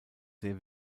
sehr